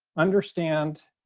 understand,